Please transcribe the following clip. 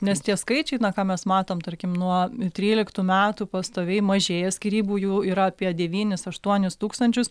nes tie skaičiai na ką mes matom tarkim nuo tryliktų metų pastoviai mažėja skyrybų jų yra apie devynis aštuonis tūkstančius